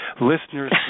listeners